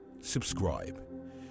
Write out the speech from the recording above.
Subscribe